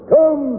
Come